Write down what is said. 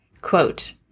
Quote